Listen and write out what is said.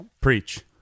Preach